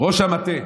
ראש המטה,